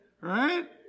Right